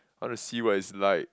want to see what is like